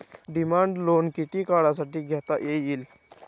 Demand loan किती काळासाठी घेता येईल?